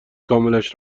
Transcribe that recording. کاملش